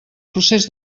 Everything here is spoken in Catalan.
procés